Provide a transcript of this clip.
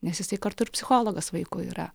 nes jisai kartu ir psichologas vaikų yra